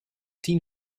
tien